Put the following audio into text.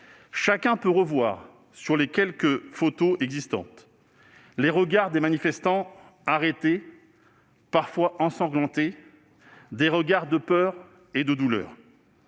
Chacun peut revoir sur les quelques photos existantes les regards des manifestants arrêtés, parfois ensanglantés : ce sont des regards de peur et de douleur.